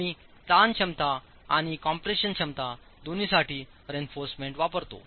आम्हीताण क्षमता आणि कम्प्रेशन क्षमता दोन्हीसाठी रेइन्फॉर्समेंट वापरतो